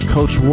Coach